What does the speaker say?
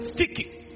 Sticky